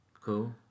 Cool